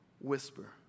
whisper